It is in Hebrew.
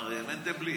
מר מנדלבליט?